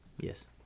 Yes